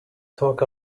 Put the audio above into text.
talk